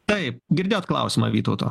taip girdėjot klausimą vytauto